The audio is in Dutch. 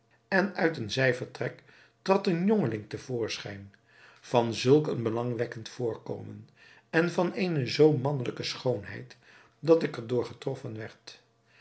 en uit een zijvertrek trad een jongeling te voorschijn van zulk een belangwekkend voorkomen en van eene zoo mannelijke schoonheid dat ik er door getroffen werd